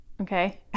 okay